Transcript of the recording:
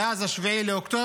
מאז 7 באוקטובר,